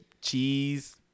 cheese